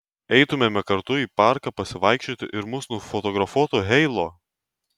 eitumėme kartu į parką pasivaikščioti ir mus nufotografuotų heilo